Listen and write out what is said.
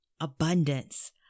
abundance